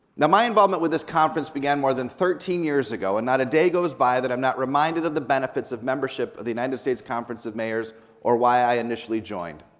now my involvement with this conference began more than thirteen years ago, and not a day goes by that i'm not reminded of the benefits of membership of the united states conference of mayors or why i initially joined,